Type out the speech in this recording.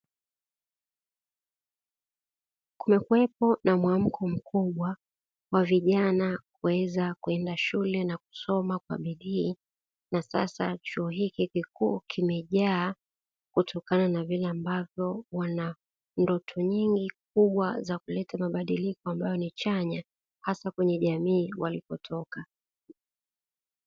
Kumekuwepo na mwamko mkubwa wa vijana kuweza kwenda shule na kusoma kwa bidii na sasa chuo hiki kikuu kimejaa kutokana na vile, ambavyo wanandoto nyingi kubwa za kuleta mabadiliko, ambayo ni chanya hasa kwenye jamii walipotoka.